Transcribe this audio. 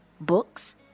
books